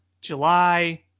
July